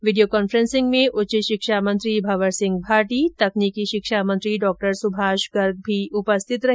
video conferencing में उच्च शिक्षा मंत्री भंवर सिंह भाटी तकनीकी शिक्षा मंत्री डॉ सुभाष गर्ग भी उपस्थित रहे